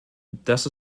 das